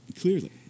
Clearly